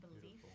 belief